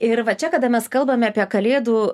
ir va čia kada mes kalbame apie kalėdų